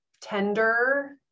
tender